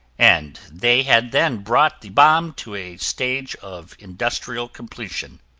and they had then brought the bomb to a stage of industrial completion.